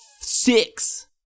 six